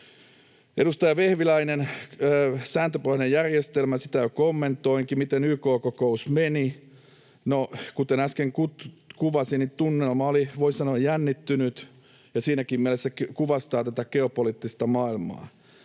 Edustaja Vehviläinen, sääntöpohjainen järjestelmä: sitä jo kommentoinkin. Miten YK-kokous meni: No, kuten äsken kuvasin, tunnelma oli, voi sanoa, jännittynyt, ja siinäkin mielessä se kuvastaa tätä geopoliittista maailmaa.